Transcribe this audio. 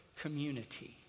community